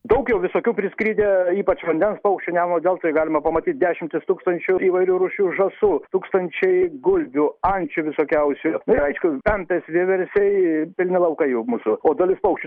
daugiau visokių priskridę ypač vandens paukščių nemuno deltoj galima pamatyt dešimtis tūkstančių įvairių rūšių žąsų tūkstančiai gulbių ančių visokiausių ir aišku pempės vieversiai pilni laukai jau mūsų o dalis paukščių